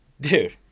Dude